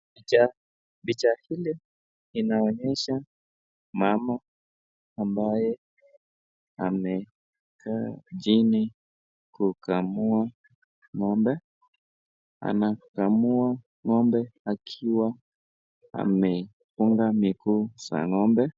Picha hili inaonyesha mama ambaye amekaa chini kukamua ng'ombe . Anakamua ng'ombe akiwa amefunga miguu za ng'ombe.